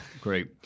great